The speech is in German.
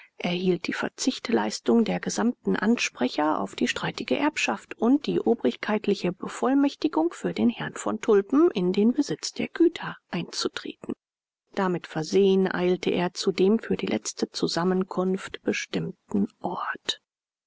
erhielt die verzichtleistung der gesamten ansprecher auf die streitige erbschaft und die obrigkeitliche bevollmächtigung für den herrn von tulpen in den besitz der güter einzutreten damit versehen eilte er zu dem für die letzte zusammenkunft bestimmten ort